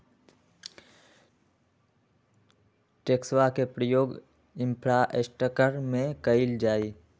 टैक्सवा के प्रयोग इंफ्रास्ट्रक्टर में कइल जाहई